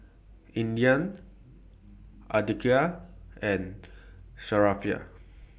Indah Andika and Sharifah